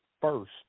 first